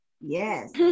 Yes